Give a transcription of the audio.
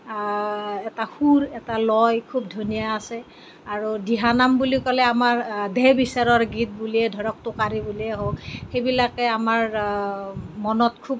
এটা সুৰ এটা লয় খুব ধুনীয়া আছে আৰু দিহানাম বুলি ক'লে আমাৰ দেহ বিচাৰৰ গীত বুলিয়ে ধৰক টোকাৰী বুলিয়ে হওক সেইবিলাকে আমাৰ মনত খুব